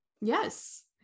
Yes